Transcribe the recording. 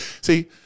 See